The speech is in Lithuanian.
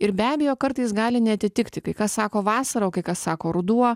ir be abejo kartais gali neatitikti kai kas sako vasara o kai kas sako ruduo